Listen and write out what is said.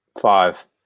Five